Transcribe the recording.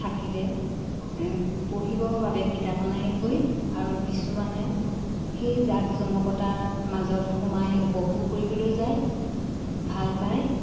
থাকিলে পঢ়িবৰ বাবে কিতাপ আনাই গৈ আৰু কিছুমানে সেই জাক জমকতাৰ মাজত সোমাই উপভোগ কৰিবলৈ যায় ভাল পায়